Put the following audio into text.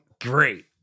great